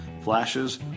flashes